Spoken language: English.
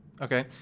Okay